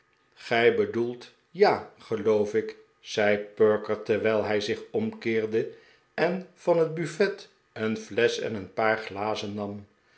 gij bedoelt ja geloof ik zei perker terwijl hij zich omkeerde en van het buffet een flesch en een paar glazen nam